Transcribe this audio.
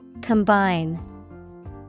Combine